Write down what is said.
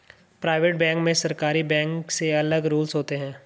private bank में सरकारी bank से अलग रूल्स होते है